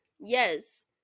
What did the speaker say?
yes